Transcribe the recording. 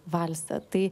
valsą tai